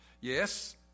Yes